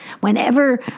Whenever